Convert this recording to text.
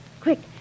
quick